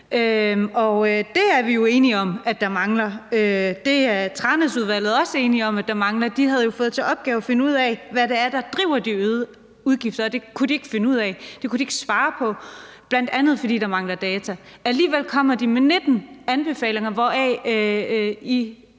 Det er vi jo enige om der mangler. Det er Tranæsudvalget også enige om mangler. De havde jo fået til opgave at finde ud af, hvad det er, der driver de øgede udgifter, og det kunne de ikke finde ud af eller svare på, bl.a. fordi der mangler data. Alligevel kommer de med 19 anbefalinger, hvoraf I